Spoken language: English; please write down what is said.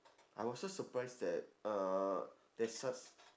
I also surprise that uh there's such